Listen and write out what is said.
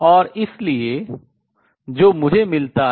और इसलिए जो मुझे मिलता है